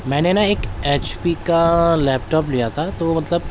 میں نے نا ایک ایچ پی کا لیپ ٹاپ لیا تھا تو وہ مطلب